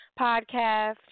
Podcast